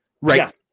right